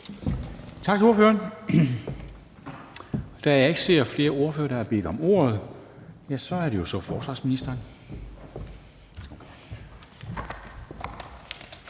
Tak til ordføreren. Da jeg ikke ser flere ordførere, der har bedt om ordet, er det forsvarsministeren.